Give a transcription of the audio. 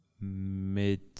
mid